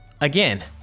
again